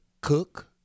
cook